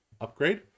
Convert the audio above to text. upgrade